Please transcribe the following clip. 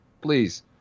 please